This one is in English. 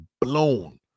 blown